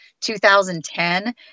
2010